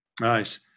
Nice